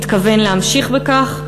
מתכוון להמשיך בכך,